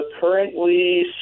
Currently